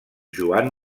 joan